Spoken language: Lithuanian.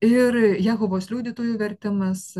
ir jehovos liudytojų vertimas